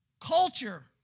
culture